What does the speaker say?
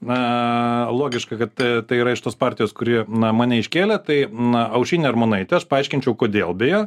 na logiška kad tai yra iš tos partijos kuri mane iškėlė tai na aušrinė armonaitė aš paaiškinčiau kodėl beja